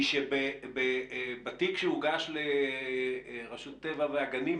היא שבתיק שהוגש לרשות הטבע והגנים,